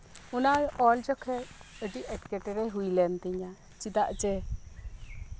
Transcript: ᱚᱱᱟ ᱚᱞ ᱡᱚᱠᱷᱚᱡ ᱟᱹᱰᱤ ᱮᱸᱴᱠᱮᱴᱚᱬᱮ ᱦᱩᱭ ᱞᱮᱱ ᱛᱤᱧᱟ ᱪᱮᱫᱟᱜ ᱡᱮ